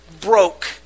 broke